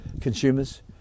consumers